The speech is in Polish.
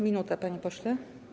Minuta, panie pośle.